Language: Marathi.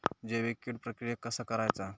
जैविक कीड प्रक्रियेक कसा करायचा?